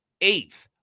eighth